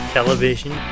Television